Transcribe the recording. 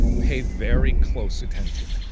pay very close attention.